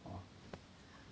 uh